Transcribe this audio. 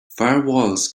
firewalls